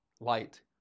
light